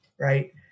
right